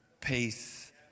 peace